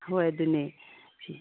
ꯍꯣꯏ ꯑꯗꯨꯅꯦ ꯐꯤ